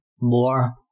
more